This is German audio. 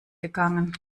gegangen